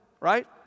Right